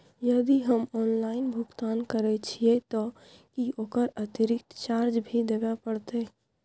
यदि हम ऑनलाइन भुगतान करे छिये त की ओकर अतिरिक्त चार्ज भी देबे परतै?